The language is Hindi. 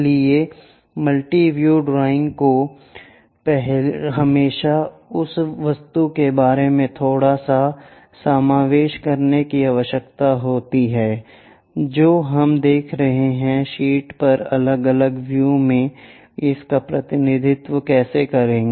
इसलिए मल्टी व्यू ड्रॉइंग को हमेशा उस वस्तु के बारे में थोड़ा सा समावेश करने की आवश्यकता होती है जो हम देख रहे हैं शीट पर अलग अलग व्यू में इसका प्रतिनिधित्व कैसे करें